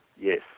Yes